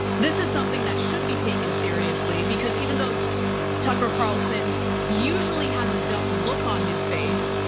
this is something that should be taken seriously because even though tucker carlson usually has a dumb look on his face,